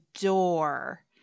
door